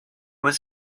was